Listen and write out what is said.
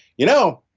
you know?